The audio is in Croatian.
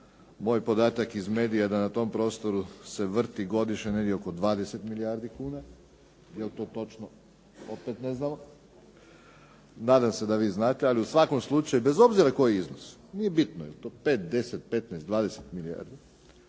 Moj podatak iz medija je da na tom prostoru se vrti godišnje negdje oko 20 milijardi kuna. Je li to točno opet ne znamo, nadam se da vi znate. Ali u svakom slučaju bez obzira koji iznos, nije bitno je li to 5, 10, 15, 20 milijardi